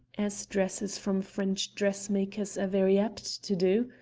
as dresses from french dressmakers are very apt to do,